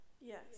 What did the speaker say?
Yes